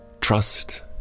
Trust